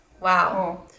Wow